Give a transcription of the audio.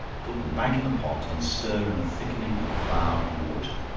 put them back in the pot and stir in a thickening of flour and water,